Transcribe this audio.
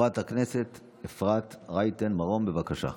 חברת הכנסת אפרת רייטן מרום, בבקשה.